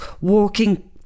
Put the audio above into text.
Walking